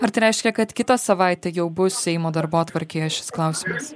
ar tai reiškia kad kitą savaitę jau bus seimo darbotvarkėje šis klausimas